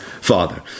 father